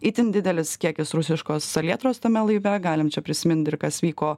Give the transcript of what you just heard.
itin didelis kiekis rusiškos salietros tame laive galim čia prisimint ir kas vyko